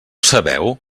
sabeu